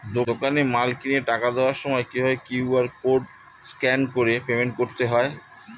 দোকানে মাল কিনে টাকা দেওয়ার সময় কিভাবে কিউ.আর কোড স্ক্যান করে পেমেন্ট করতে হয়?